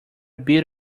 bit